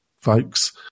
folks